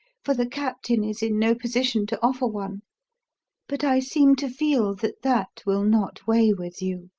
for the captain is in no position to offer one but i seem to feel that that will not weigh with you.